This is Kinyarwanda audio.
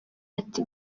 ati